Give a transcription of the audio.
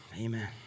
Amen